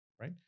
right